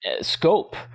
scope